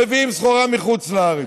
מביאים סחורה מחוץ לארץ.